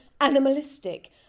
animalistic